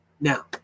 Now